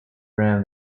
rim